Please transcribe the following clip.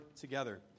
together